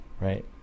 right